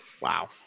wow